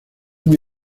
muy